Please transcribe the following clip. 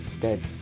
dead